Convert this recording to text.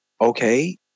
okay